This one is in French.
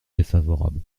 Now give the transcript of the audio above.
défavorable